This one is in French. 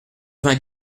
vingt